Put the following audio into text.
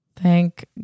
Thank